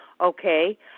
Okay